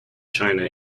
china